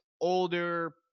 older